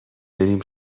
بریم